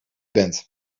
bent